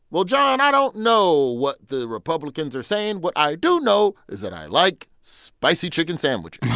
well, jon, i don't know what the republicans are saying. what i do know is that i like spicy chicken sandwich.